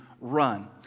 run